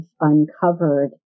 uncovered